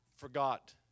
Forgot